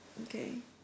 okay